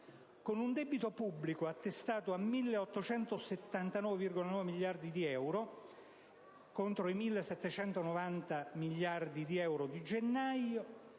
Con un debito pubblico attestato a 1.879,9 miliardi di euro a novembre, contro i 1.790,8 miliardi di euro di gennaio